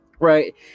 right